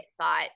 thought